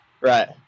right